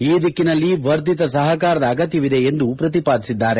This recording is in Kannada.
ಈ ದಿಕ್ಕಿನಲ್ಲಿ ವರ್ಧಿತ ಸಹಕಾರದ ಅಗತ್ಯವಿದೆ ಎಂದು ಪ್ರತಿಪಾದಿಸಿದ್ದಾರೆ